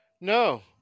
no